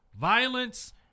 violence